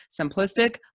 simplistic